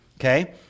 okay